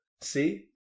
see